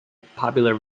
popular